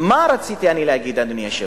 מה רציתי אני להגיד, אדוני היושב-ראש?